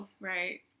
Right